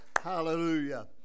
Hallelujah